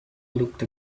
looked